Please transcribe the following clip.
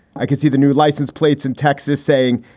i can see the new license plates in texas saying,